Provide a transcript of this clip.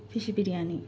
fish biryani